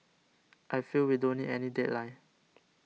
I feel we don't need any deadline